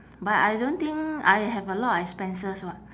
but I don't think I have a lot of expenses [what]